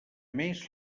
més